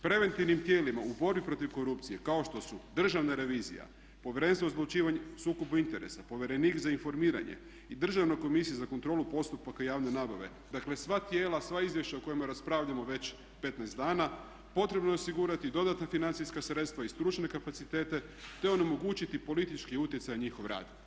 Preventivnim tijelima u borbi protiv korupcije kao što su državna revizija, Povjerenstvo o odlučivanju o sukobu interesa, povjerenik za informiranje i Državna komisija za kontrolu postupaka javne nabave, dakle sva tijela i sva izvješća o kojima raspravljamo već 15 dana potrebno je osigurati i dodatna financijska sredstva i stručne kapacitete te onemogućiti politički utjecaj na njihov rad.